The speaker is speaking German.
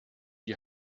die